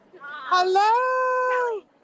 Hello